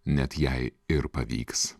net jei ir pavyks